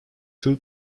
two